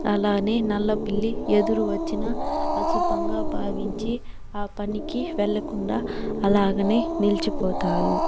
అలానే నల్ల పిల్లి ఎదురు వచ్చినా అశుభంగా భావించి ఆ పనికి వెళ్లకుండా అలాగనే నిలిచిపోతారు